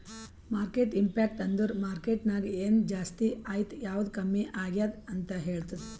market impact ಅಂದುರ್ market ನಾಗ್ ಎನ್ ಜಾಸ್ತಿ ಆಯ್ತ್ ಯಾವ್ದು ಕಮ್ಮಿ ಆಗ್ಯಾದ್ ಅಂತ್ ಹೇಳ್ತುದ್